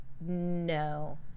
no